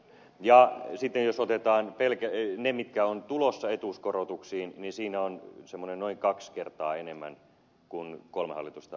ja sitten jos otetaan ne mitkä ovat tulossa etuuskorotuksiin siinä on semmoinen noin kaksi kertaa enemmän kuin kolme hallitusta yhteensä